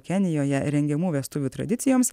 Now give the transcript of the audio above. kenijoje rengiamų vestuvių tradicijoms